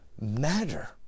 matter